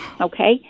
Okay